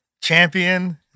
champion